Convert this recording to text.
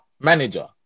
manager